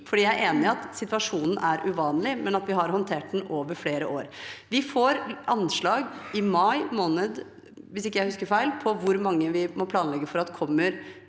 jeg er enig i at situasjonen er uvanlig, men at vi har håndtert den over flere år. Vi får anslag i mai måned, hvis ikke jeg husker feil, på hvor mange vi må planlegge for at kommer